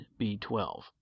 B12